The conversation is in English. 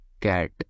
cat